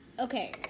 Okay